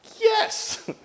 Yes